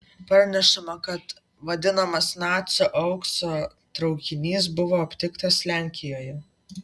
pranešama kad vadinamas nacių aukso traukinys buvo aptiktas lenkijoje